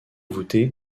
voûtés